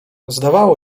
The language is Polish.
zdawało